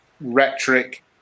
rhetoric